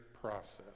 process